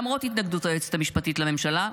למרות התנגדות היועצת המשפטית לממשלה,